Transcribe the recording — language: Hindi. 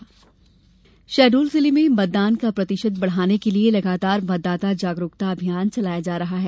स्पीप अभियान शहडोल जिले में मतदान का प्रतिशत बढ़ाने के लिये लगातार मतदाता जागरुकता अभियान चलाया जा रहा है